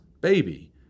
baby